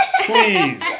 please